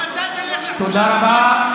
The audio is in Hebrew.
תודה רבה.